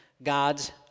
God's